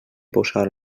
posar